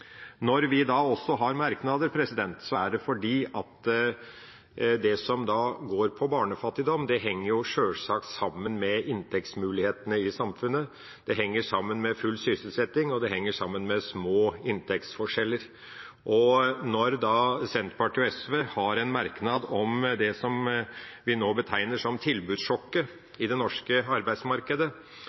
Når vi også har merknader, er det fordi barnefattigdom sjølsagt henger sammen med inntektsmulighetene i samfunnet, det henger sammen med full sysselsetting, og det henger sammen med små inntektsforskjeller. Når Senterpartiet og SV har en merknad om det som vi betegner som «tilbudssjokket i det norske arbeidsmarkedet»,